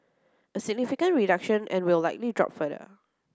a significant reduction and will likely drop further